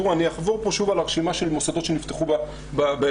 אני אחזור פה שוב על הרשימה של מוסדות שנפתחו לאחרונה.